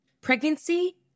pregnancy